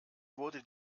wurde